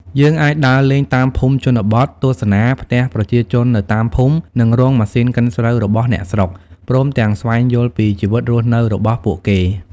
យើងអាចដើរលេងតាមភូមិជនបទ ទស្សនាផ្ទះប្រជាជននៅតាមភូមិ និងរោងម៉ាស៊ីនកិនស្រូវរបស់អ្នកស្រុក ព្រមទាំងស្វែងយល់ពីជីវិតរស់នៅរបស់ពួកគេ ។